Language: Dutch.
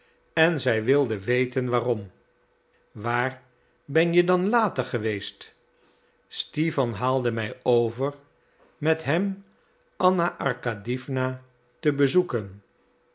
en zij wilde weten waarom waar ben je dan later geweest stiwa haalde mij over met hem anna arkadiewna te bezoeken